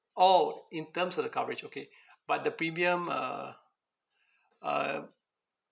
!ow! in terms of the coverage okay but the premium uh um